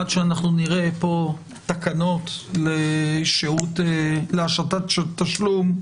עד שאנחנו נראה פה תקנות להשתת תשלום,